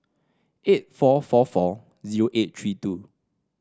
eight four four four zero eight three two